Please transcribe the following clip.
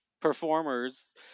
performers